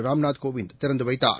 ராம்நாத் கோவிந்த் திறந்து வைத்தார்